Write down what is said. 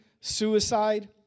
suicide